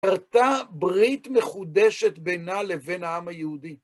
ארתה ברית מחודשת בינה לבין העם היהודי.